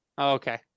Okay